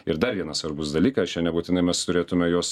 ir dar vienas svarbus dalykas čia nebūtinai mes turėtume juos